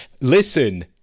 listen